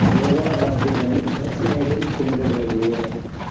ಗೋವಾ ರಾಜ್ಯದಲ್ಲಿ ವ್ಯಾಕ್ಸಿನೇಷನ್ ಕೇಂದ್ರಗಳಿವೆಯೇ